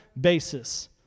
basis